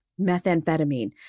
methamphetamine